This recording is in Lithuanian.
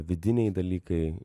vidiniai dalykai